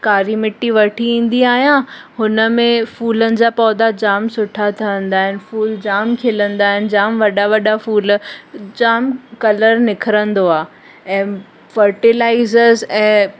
कारी मिटी वठी ईंदी आहियां हुनमें फूलनि जा पौधा जामु सुठा थींदा आहिनि फूल जामु खिलंदा आहिनि जामु वॾा वॾा फूल जामु कलर निखरंदो आहे ऐं फर्टिलाइज़र्स ऐं